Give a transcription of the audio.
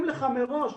ה-31 בינואר 2022,